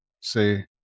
say